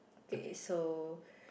okay so